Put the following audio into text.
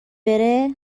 بره